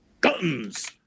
guns